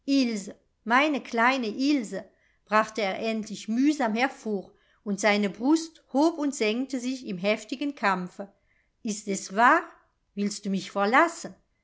meine kleine ilse brachte er endlich mühsam hervor und seine brust hob und senkte sich im heftigen kampfe ist es wahr willst du mich verlassen